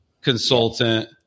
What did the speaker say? consultant